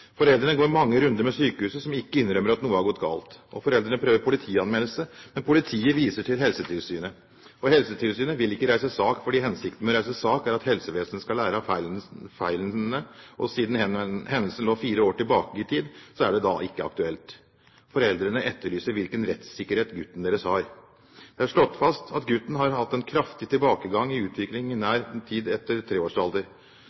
Foreldrene går mange runder med sykehuset, som ikke innrømmer at noe har gått galt. Foreldrene prøver politianmeldelse, men politiet viser til Helsetilsynet. Helsetilsynet vil ikke reise sak fordi hensikten med å reise sak er at helsevesenet skal lære av feilen, og siden hendelsen lå fire år tilbake i tid, er det ikke aktuelt. Foreldrene etterlyser hvilken rettssikkerhet gutten deres har. Det er slått fast at gutten har hatt en kraftig tilbakegang i utvikling